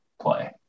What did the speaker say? play